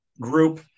group